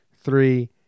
three